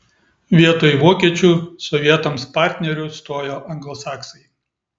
vietoj vokiečių sovietams partneriu stojo anglosaksai